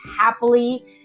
happily